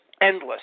endless